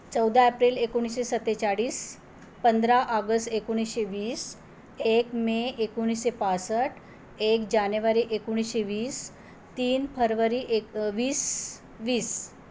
चौदा एप्रिल एकोणीसशे सत्तेचाळीस पंधरा आगस एकोणीसशे वीस एक मे एकोणीसशे पासष्ट एक जानेवारी एकोणीसशे वीस तीन फरवरी एक वीस वीस